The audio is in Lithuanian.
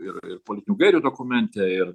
ir ir politinių gairių dokumente ir